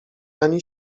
ani